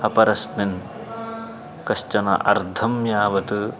अपरस्मिन् कश्चन अर्धं यावत्